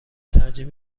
ترجیح